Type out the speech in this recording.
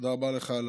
תודה רבה לך על